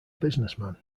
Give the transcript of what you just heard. businessman